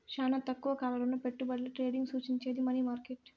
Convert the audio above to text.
శానా తక్కువ కాల రుణపెట్టుబడుల ట్రేడింగ్ సూచించేది మనీ మార్కెట్